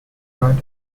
bird